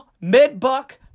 Mid-Buck